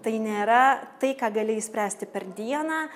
tai nėra tai ką gali išspręsti per dieną